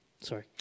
Sorry